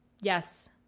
yes